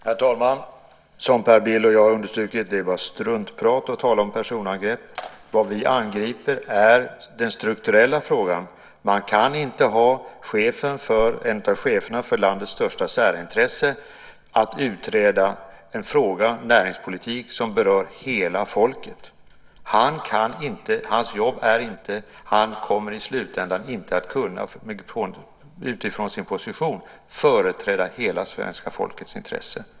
Herr talman! Som Per Bill och jag har understrukit är det bara struntprat att tala om personangrepp. Vad vi angriper är den strukturella frågan. Man kan inte ha en av cheferna för landets största särintresse för att utreda en näringspolitisk fråga som berör hela folket. Han kommer i slutändan inte att kunna utifrån sin position företräda hela svenska folkets intresse.